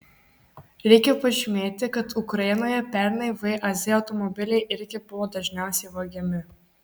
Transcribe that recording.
reikia pažymėti kad ukrainoje pernai vaz automobiliai irgi buvo dažniausiai vagiami